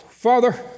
Father